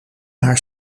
haar